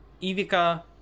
Ivica